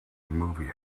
movie